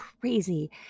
crazy